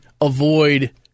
avoid